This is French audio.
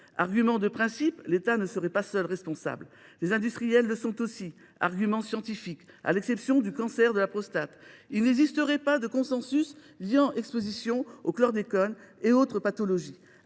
argument de principe – l’État ne serait pas seul responsable, les industriels le sont aussi –; argument scientifique – à l’exception du cancer de la prostate, il n’existerait pas de consensus liant exposition au chlordécone et autres pathologies